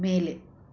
ಮೇಲೆ